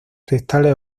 cristales